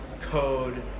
code